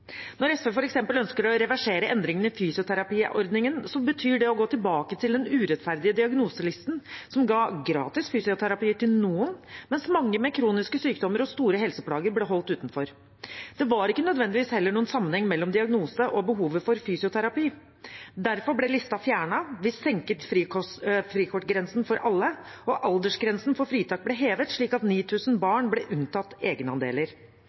Når SV f.eks. ønsker å reversere endringene i fysioterapiordningen, betyr det å gå tilbake til den urettferdige diagnoselisten som ga gratis fysioterapi til noen, mens mange med kroniske sykdommer og store helseplager ble holdt utenfor. Det var heller ikke nødvendigvis noen sammenheng mellom diagnose og behovet for fysioterapi. Derfor ble listen fjernet. Vi senket frikortgrensen for alle, og aldersgrensen for fritak ble hevet, slik at 9 000 barn ble unntatt egenandeler.